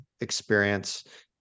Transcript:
experience